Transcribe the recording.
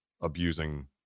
abusing